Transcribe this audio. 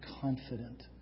confident